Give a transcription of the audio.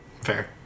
Fair